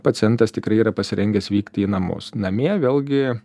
pacientas tikrai yra pasirengęs vykti į namus namie vėlgi